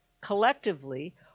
collectively